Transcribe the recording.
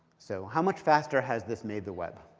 so how much factor has this made the web?